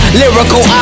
lyrical